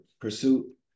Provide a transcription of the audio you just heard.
pursuit